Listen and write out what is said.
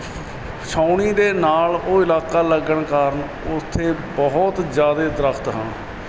ਛਾਉਣੀ ਦੇ ਨਾਲ ਉਹ ਇਲਾਕਾ ਲੱਗਣ ਕਾਰਨ ਉੱਥੇ ਬਹੁਤ ਜ਼ਿਆਦਾ ਦਰਖਤ ਹਨ